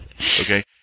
Okay